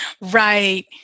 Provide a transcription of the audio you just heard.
Right